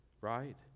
right